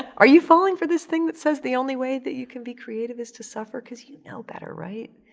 are you falling for this thing that says the only way that you can be creative is to suffer? because you know better, right?